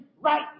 right